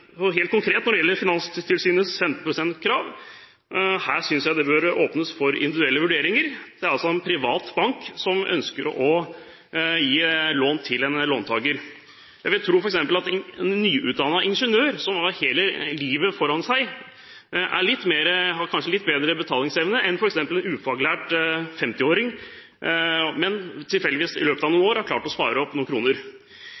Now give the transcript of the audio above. Helt konkret når det gjelder Finanstilsynets 15 pst.-krav: Her synes jeg det bør åpnes for individuelle vurderinger. Det gjelder altså en privat bank som ønsker å gi lån til en låntaker. Jeg vil f.eks. tro at en nyutdannet ingeniør, som har hele livet foran seg, kanskje har litt bedre betalingsevne enn f.eks. en ufaglært 50-åring, som tilfeldigvis i løpet av